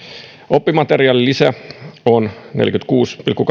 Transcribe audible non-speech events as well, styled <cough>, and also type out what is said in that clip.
oppimateriaalilisä on neljäkymmentäkuusi pilkku <unintelligible>